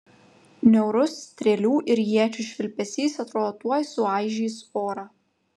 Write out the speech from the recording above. niaurus strėlių ir iečių švilpesys atrodo tuoj suaižys orą